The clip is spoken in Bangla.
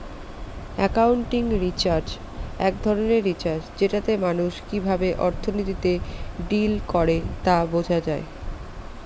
একাউন্টিং রিসার্চ এক ধরনের রিসার্চ যেটাতে মানুষ কিভাবে অর্থনীতিতে ডিল করে তা বোঝা যায়